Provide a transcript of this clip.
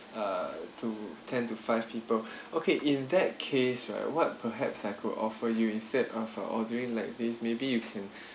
uh to ten to five people okay in that case right what perhaps I could offer you instead of ordering like this maybe you can